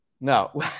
no